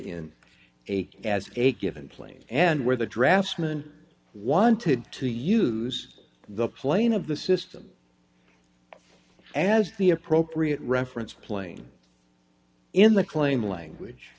in a as a given plane and where the draftsman wanted to use the plane of the system as the appropriate reference plane in the claim language